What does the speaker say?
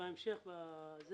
בהמשך הם